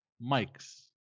Mike's